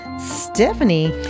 Stephanie